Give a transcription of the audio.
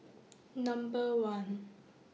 Number one